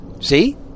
See